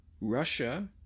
Russia